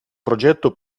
progetto